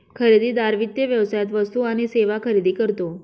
खरेदीदार वित्त व्यवसायात वस्तू आणि सेवा खरेदी करतो